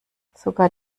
sogar